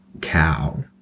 cow